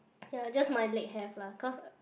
ya just my leg have lah cause